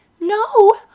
No